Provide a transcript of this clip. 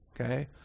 Okay